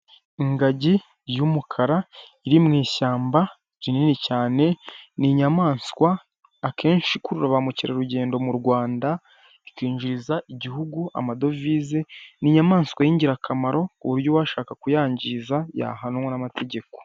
Kampani iherereye mu mujyi wa Kigali ikoresha ikoranabuhanga yubatse neza iteye amarangi y'umweru, ifite ibirahuri bisa neza mu mbuga yazo hari pasiparume n'indabyo zindi nziza cyane hepfo hari ibiti birebire.